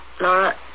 Laura